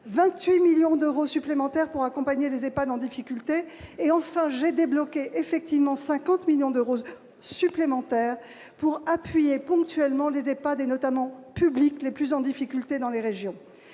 28 millions d'euros supplémentaires pour accompagner les EHPAD en difficulté ; enfin, j'ai débloqué, c'est exact, 50 millions d'euros supplémentaires pour appuyer ponctuellement les EHPAD, notamment publics, qui rencontrent le plus de difficultés dans les régions.